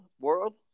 world